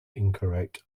incorrect